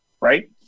right